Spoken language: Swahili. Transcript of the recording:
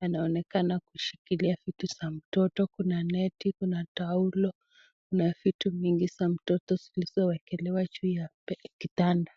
anaonekana kushikilia vitu za mtoto. Kuna neti, kuna taulo, kuna vitu mingi sana za mtoto zilizowekelewa juu ya kitanda.